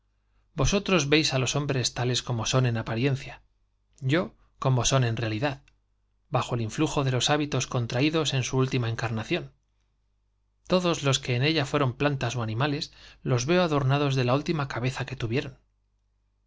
vosotros veis á los hombres tales como son en apariencia yo como son en realidad bajo el influjo dé los hábitos contraídos en su última encarnación todos los que en ella fueron plantas ó animales los veo adornados ele la última cabeza que tuvieron